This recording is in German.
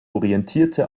orientierte